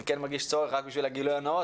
למען גילוי נאות,